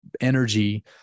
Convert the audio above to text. energy